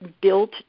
built